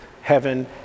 heaven